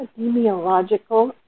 epidemiological